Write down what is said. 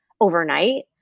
overnight